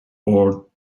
all